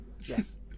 Yes